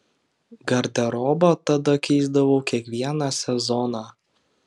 garderobą tada keisdavau kiekvieną sezoną